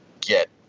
get